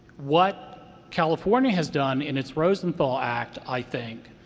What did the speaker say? what california has done in its rosenthal act, i think,